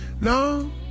No